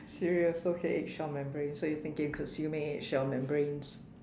serious okay egg shell membranes so you are thinking consuming egg shell membranes